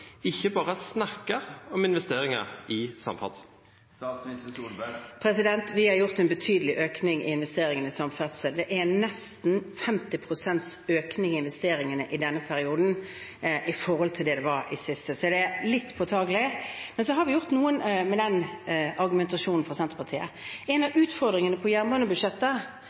ikke bare snakke om investeringer i samferdsel? Vi har gjort en betydelig økning i investeringene i samferdsel. Det er nesten 50 pst. økning i investeringene i denne perioden i forhold til det det var i forrige, så den er litt påtakelig, denne argumentasjonen fra Senterpartiet. En av utfordringene når det